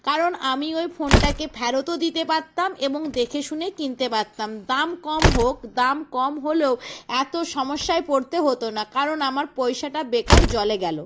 কারণ আমি ওই ফোনটাকে ফেরতও দিতে পারতাম এবং দেখেশুনে কিনতে পারতাম দাম কম হোক দাম কম হলেও এতো সমস্যায় পড়তে হতো না কারণ আমার পয়সাটা বেকার জলে গেল